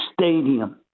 stadium